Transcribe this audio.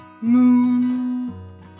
Moon